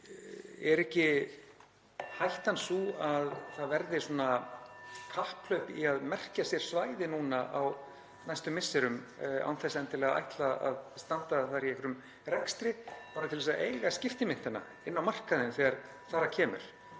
er ekki hættan sú að það verði svona kapphlaup (Forseti hringir.) í að merkja sér svæði núna á næstu misserum án þess endilega að ætla að standa þar í einhverjum rekstri, bara til að eiga skiptimyntina inn á markaðinn þegar þar að kemur?